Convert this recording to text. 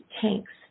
tanks